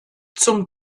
zum